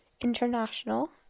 international